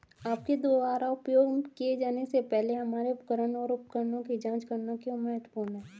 आपके द्वारा उपयोग किए जाने से पहले हमारे उपकरण और उपकरणों की जांच करना क्यों महत्वपूर्ण है?